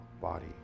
body